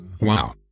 Wow